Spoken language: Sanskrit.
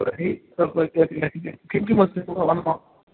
तर्हि तन्मध्येपि किं किमस्ति